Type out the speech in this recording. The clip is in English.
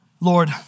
Lord